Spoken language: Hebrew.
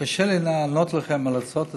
קשה לי לענות לכם על ההצעות לסדר-יום,